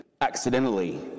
accidentally